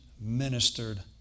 ministered